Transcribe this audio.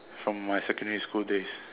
from my secondary school days